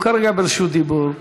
כן, כן, את מפריעה לי.